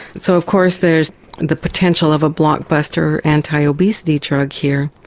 so of course there's the potential of a blockbuster anti-obesity drug here.